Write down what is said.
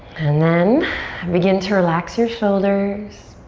and then begin to relax your shoulders.